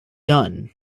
done